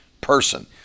person